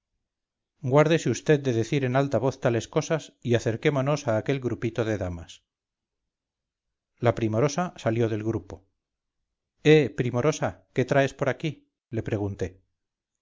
guárdese vd de decir en alta voz tales cosas y acerquémonos a aquel grupito de damas la primorosa salió del grupo eh primorosa qué traes por aquí le pregunté